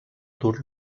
dur